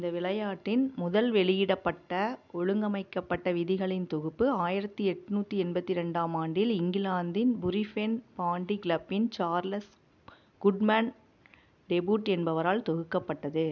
இந்த விளையாட்டின் முதல் வெளியிடப்பட்ட ஒழுங்கமைக்கப்பட்ட விதிகளின் தொகுப்பு ஆயிரத்தி எண்நூத்தி எண்பத்தி ரெண்டாம் ஆண்டில் இங்கிலாந்தின் புரி ஃபென் பாண்டி க்ளப்பின் சார்லஸ் குட்மேன் டெபுட் என்பவரால் தொகுக்கப்பட்டது